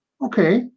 okay